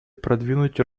продвинуть